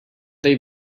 they